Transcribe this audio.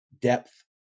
depth